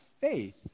faith